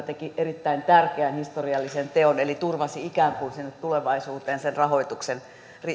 teki erittäin tärkeän historiallisen teon eli turvasi ikään kuin sinne tulevaisuuteen sen rahoituksen